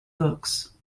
books